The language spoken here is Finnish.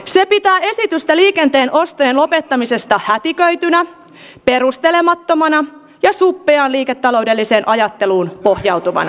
se pitää esitystä liikenteen ostojen lopettamisesta hätiköitynä perustelemattomana ja suppeaan liiketaloudelliseen ajatteluun pohjautuvana